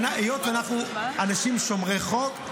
היות שאנחנו אנשים שומרי חוק,